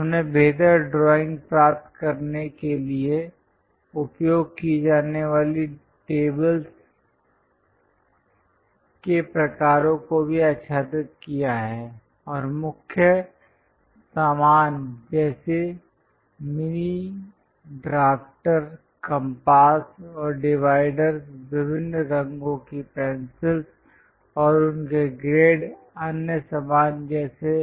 हमने बेहतर ड्राइंग प्राप्त करने के लिए उपयोग की जाने वाली टेबल्स के प्रकारों को भी आच्छादित किया है और मुख्य सामान जैसे मिनी ड्राफ्टर कम्पास और डिवाइडर विभिन्न रंगों के पेंसिल और उनके ग्रेड अन्य सामान जैसे